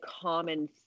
common